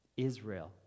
Israel